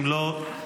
אם לא,